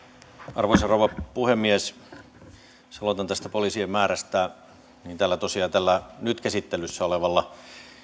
arvoisa rouva puhemies jos aloitan tästä poliisien määrästä niin näillä nyt käsittelyssä olevilla